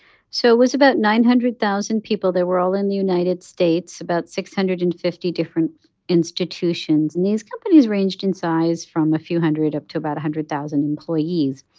so it was about nine hundred thousand people. they were all in the united states, about six hundred and fifty different institutions. and these companies ranged in size from a few hundred up to about one hundred thousand employees.